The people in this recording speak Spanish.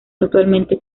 actualmente